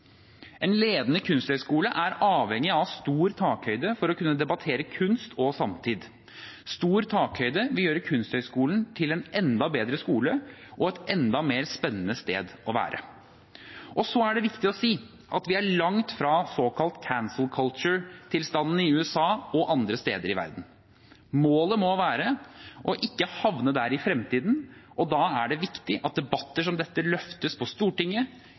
En ledende kunsthøgskole er avhengig av stor takhøyde for å kunne debattere kunst og samtid. Stor takhøyde vil gjøre Kunsthøgskolen til en enda bedre skole og et enda mer spennende sted å være. Det er viktig å si at vi er langt fra de såkalte «cancel culture»-tilstandene i USA og andre steder i verden. Målet må være å ikke havne der i fremtiden, og da er det viktig at debatter som dette løftes på Stortinget,